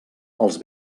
els